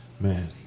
man